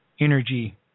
energy